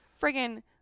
friggin